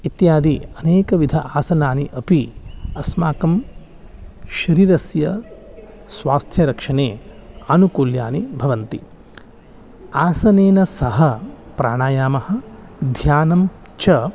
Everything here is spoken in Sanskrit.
इत्यादि अनेकविध आसनानि अपि अस्माकं शरीरस्य स्वास्थ्यरक्षणे आनुकूल्यानि भवन्ति आसनेन सह प्राणायामः ध्यानं च